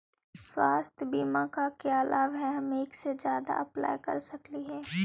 स्वास्थ्य बीमा से का क्या लाभ है हम एक से जादा अप्लाई कर सकली ही?